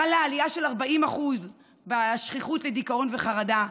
חלה עלייה של 40% בשכיחות של דיכאון וחרדה,